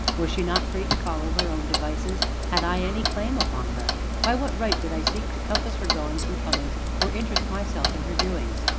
was she not free to follow her own devices had i any claim upon her by what right did i seek to compass her goings and comings, or interest myself in her doings?